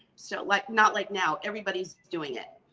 so like not like now, everybody's doing it.